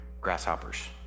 grasshoppers